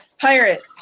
pirate